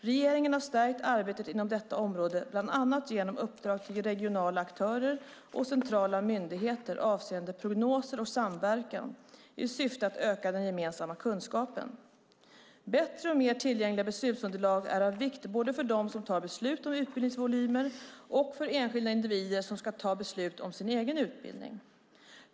Regeringen har stärkt arbetet inom detta område bland annat genom uppdrag till regionala aktörer och centrala myndigheter avseende prognoser och samverkan i syfte att öka den gemensamma kunskapen. Bättre och mer tillgängliga beslutsunderlag är av vikt både för dem som tar beslut om utbildningsvolymer och för enskilda individer som ska ta beslut om sin egen utbildning.